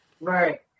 right